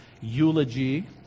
Eulogy